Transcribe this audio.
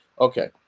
Okay